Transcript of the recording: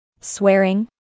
Swearing